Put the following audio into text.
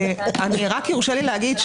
אם יורשה להגיד,